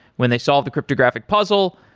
when they solve the cryptographic puzzle,